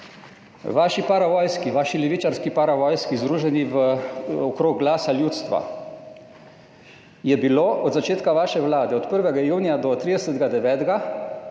vaši paravojski, vaši levičarski paravojski, združeni v okrog Glasa ljudstva, je bilo od začetka vaše vlade, od 1. junija do 30.